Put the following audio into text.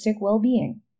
well-being